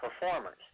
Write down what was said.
performers